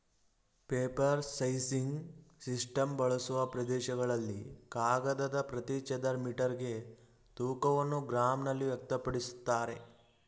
paper sizing system ಬಳಸುವ ಪ್ರದೇಶಗಳಲ್ಲಿ ಕಾಗದದ ಪ್ರತಿ ಚದರ ಮೀಟರ್ಗೆ ತೂಕವನ್ನು ಗ್ರಾಂನಲ್ಲಿ ವ್ಯಕ್ತಪಡಿಸ್ತಾರೆ